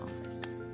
office